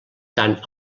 tant